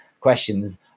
questions